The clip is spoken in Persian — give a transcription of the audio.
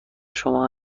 شما